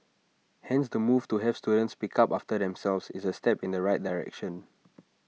hence the move to have students pick up after themselves is A step in the right direction